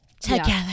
Together